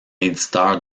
éditeur